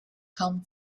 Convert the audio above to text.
come